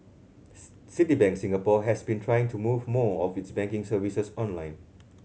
Citibank Singapore has been trying to move more of its banking services online